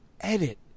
Edit